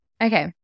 Okay